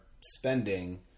spending